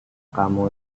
kamu